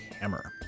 Hammer